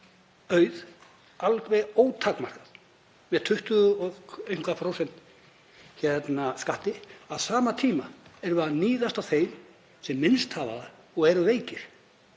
auði alveg ótakmarkað með tuttugu og eitthvað prósent skatti? Á sama tíma erum við að níðast á þeim sem minnst hafa og eru veikir.